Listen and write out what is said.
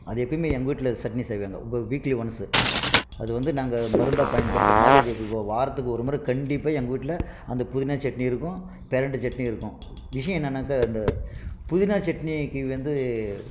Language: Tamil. அது எப்பையுமே எங்கள் வீட்டில் சட்னி செய்வாங்க வீக்லி ஒன்ஸ்ஸு அது வந்து நாங்கள் மருந்தாக பயன் பயன்படுத்துகிற மாதிரி அது வாரத்துக்கு ஒரு முறை கண்டிப்பாக எங்கள் வீட்டில் அந்த புதினா சட்னி இருக்கும் பெரண்டை சட்னி இருக்கும் விஷயம் என்னனாக்க அந்த புதினா சட்னிக்கு வந்து